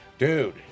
Dude